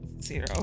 Zero